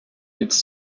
its